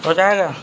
ہوجائے گا